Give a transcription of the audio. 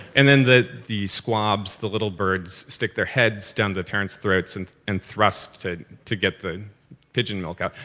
and then the the squabs, the little birds, stick their heads down the parents' throats and and thrust to to get the pigeon milk out.